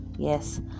Yes